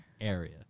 area